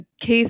case